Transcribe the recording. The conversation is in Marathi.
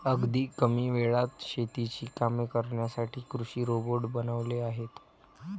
अगदी कमी वेळात शेतीची कामे करण्यासाठी कृषी रोबोट बनवले आहेत